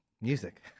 music